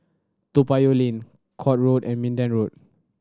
Toa Payoh Lane Court Road and Minden Road